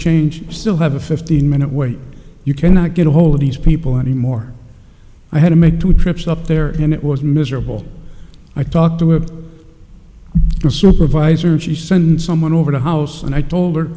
change still have a fifteen minute wait you cannot get a hold of these people anymore i had to make two trips up there and it was miserable i talked to supervisor she send someone over the house and i told her